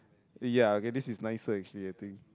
ya okay this is nicer actually I think